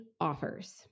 offers